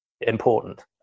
important